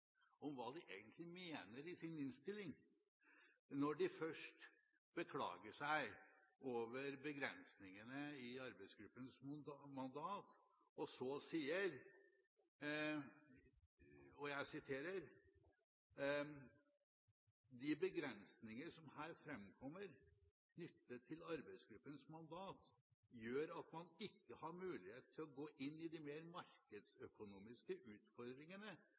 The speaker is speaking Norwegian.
om hva de egentlig mener i sin innstilling, når de først beklager seg over begrensningene i arbeidsgruppens mandat og så sier: «De begrensninger som her fremkommer knyttet til arbeidsgruppens mandat, gjør at man ikke hadde mulighet til å gå inn i de mer markedsøkonomiske utfordringene